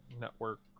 Network